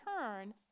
turn